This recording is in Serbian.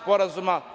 sporazuma